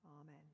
Amen